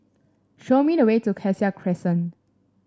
show me the way to Cassia Crescent